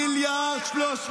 אין תוספת, עבדו עליך.